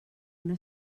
una